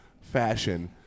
fashion